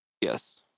Yes